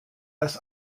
das